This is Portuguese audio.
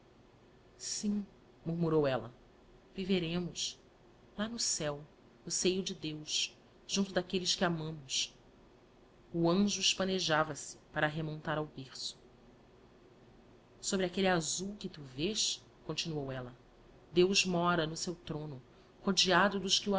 sim murmurou ella viveremos lá no céu no seio de deus junto daquelles que amamos o anjo espanejava se para remontar ao berço sobre aquelle azul que tu vês continuou ella deus mora no seu throno rodeado dos que